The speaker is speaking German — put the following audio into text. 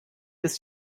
bis